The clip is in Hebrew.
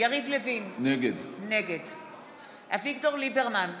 יריב לוין, נגד אביגדור ליברמן,